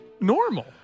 normal